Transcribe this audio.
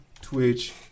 Twitch